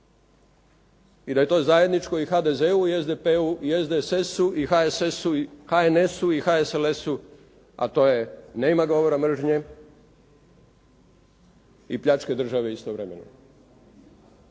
I da je to zajedničko i HDZ-u, i SDP-u, i SDSS-u i HSS-u, i HNS-u, i HSLS-u, a to je nema govora mržnje i pljačke države istovremeno.